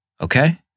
Okay